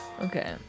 Okay